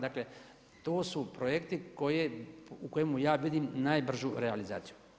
Dakle, to su projekti koje, u kojima ja vidim najbržu realizaciju.